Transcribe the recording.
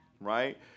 Right